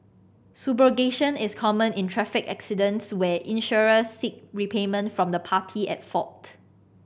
subrogation is common in traffic accidents where insurers seek repayment from the party at fault